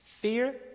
Fear